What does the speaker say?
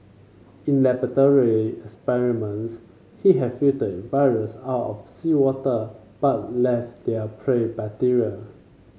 in laboratory experiments he have filtered viruse out of seawater but left their prey bacteria